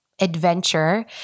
adventure